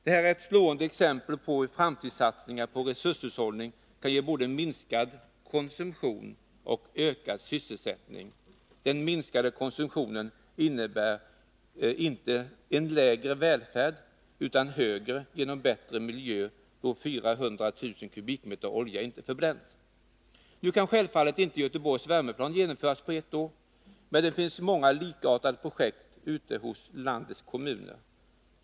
Detta är ett slående exempel på hur framtidssatsningar på resurshushållning kan ge både minskad konsumtion och ökad sysselsättning. Den minskade konsumtionen innebär inte lägre välfärd utan högre, genom den förbättring av miljön som åstadkoms då 400000 m? olja inte förbränns. Nu kan självfallet inte Göteborgs värmeplan genomföras på ett år, men det finns många likartade projekt ute i landets kommuner.